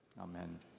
Amen